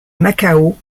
macao